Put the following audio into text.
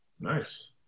Nice